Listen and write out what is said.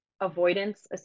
avoidance